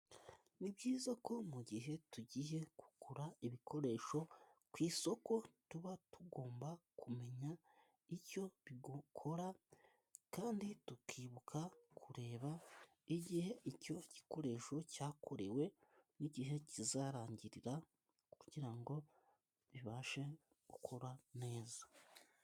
Ni byiza ko mu gihe tugiye kugura ibikoresho ku isoko tuba tugomba kumenya icyo bikora, kandi tukibuka kureba igihe icyo gikoresho cyakorewe n'igihe kizarangirira, kugira ngo bibashe gukora neza.